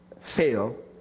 fail